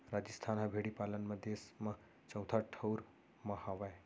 राजिस्थान ह भेड़ी पालन म देस म चउथा ठउर म हावय